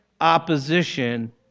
opposition